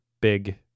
big